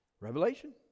Revelation